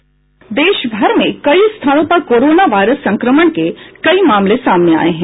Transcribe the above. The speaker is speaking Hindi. देश भर में कई स्थानों पर कोरोना वायरस संक्रमण के कई मामले सामने आये हैं